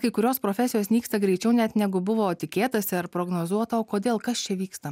kai kurios profesijos nyksta greičiau net negu buvo tikėtasi ar prognozuota o kodėl kas čia vyksta